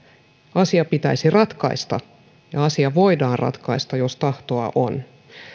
asia pitäisi ratkaista ja asia voidaan ratkaista jos tahtoa on